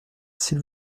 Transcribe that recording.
s’il